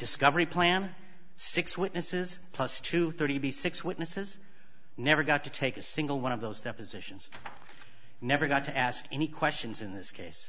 discovery plan six witnesses plus two hundred and thirty six witnesses never got to take a single one of those depositions never got to ask any questions in this case